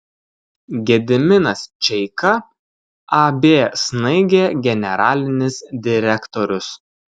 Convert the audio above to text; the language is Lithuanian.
gediminas čeika ab snaigė generalinis direktorius